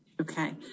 Okay